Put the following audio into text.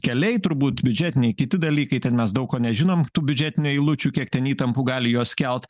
keliai turbūt biudžetiniai kiti dalykai ten mes daug ko nežinom tų biudžetinių eilučių kiek ten įtampų gali jos kelt